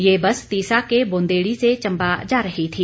ये बस तीसा के बोंदेड़ी से चंबा जा रही थी